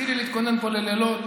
תתחילי להתכונן פה ללילות.